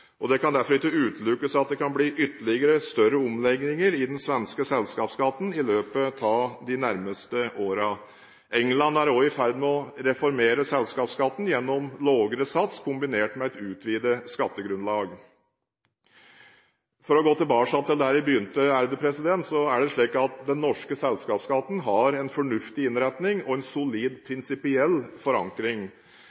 Det kan derfor ikke utelukkes at det kan bli ytterligere større omlegginger i den svenske selskapsskatten i løpet av de nærmeste årene. England er også i ferd med å reformere selskapsskatten gjennom lavere sats kombinert med et utvidet skattegrunnlag. For å gå tilbake til der jeg begynte – det er slik at den norske selskapsskatten har en fornuftig innretning og en solid